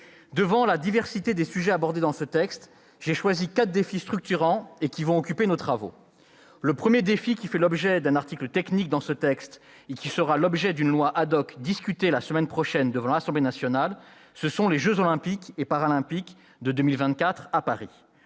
Devant la diversité des sujets abordés dans ce texte, j'ai choisi quatre défis structurants, qui vont occuper nos travaux. Le premier défi fait l'objet d'un article technique dans ce texte et donnera lieu à une loi discutée la semaine prochaine devant l'Assemblée nationale : ce sont les jeux Olympiques et Paralympiques de 2024 à Paris.